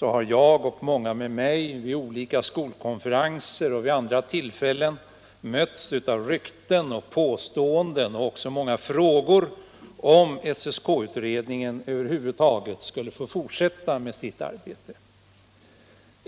har jag och många med mig vid olika skolkonferenser och vid andra tillfällen mötts av rykten och påståenden och även av många frågor, huruvida SSK-utredningen över huvud taget skulle få fortsätta med sitt arbete.